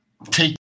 Take